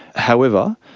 however,